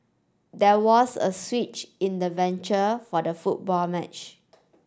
there was a switch in the venture for the football match